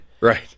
Right